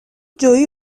جویی